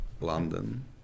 London